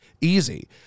easy